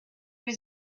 was